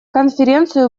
конференцию